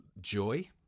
joy